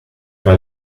fra